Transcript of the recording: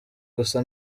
gusa